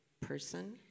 person